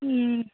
ம்